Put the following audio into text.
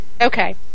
Okay